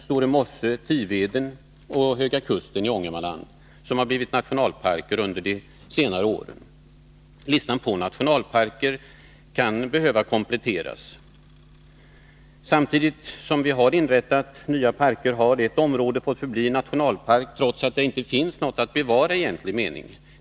Store mosse, Tiveden och Höga kusten i Ångermanland blivit nationalparker under senare år. Listan på nationalparker kan behöva kompletteras. Samtidigt som vi har inrättat nya parker har åtminstone ett område fått förbli nationalpark, trots att där inte finns något att bevara i egentlig mening.